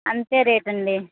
అంతే రేటండీ